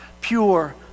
pure